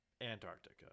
Antarctica